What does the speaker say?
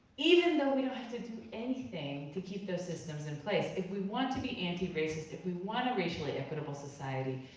even though we don't have to do anything to keep those systems in place. if we want to be anti-racist, if we want a racially equitable society,